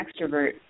extrovert